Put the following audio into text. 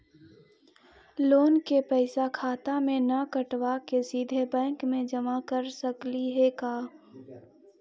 Loan के पैसा खाता मे से न कटवा के सिधे बैंक में जमा कर सकली हे का?